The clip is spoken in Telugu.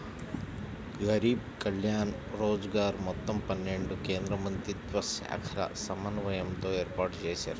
గరీబ్ కళ్యాణ్ రోజ్గర్ మొత్తం పన్నెండు కేంద్రమంత్రిత్వశాఖల సమన్వయంతో ఏర్పాటుజేశారు